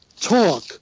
talk